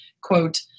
quote